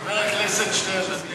חבר הכנסת שטרן,